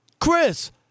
Chris